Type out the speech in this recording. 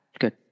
Good